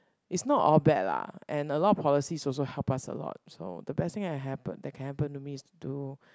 it's not all bad lah and a lot of policies also help us a lot so the best thing I happen that can happen to me is to